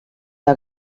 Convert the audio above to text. der